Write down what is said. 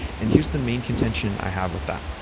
and here's the main contention i have with that.